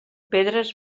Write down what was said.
pedres